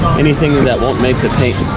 anything and that won't make the paint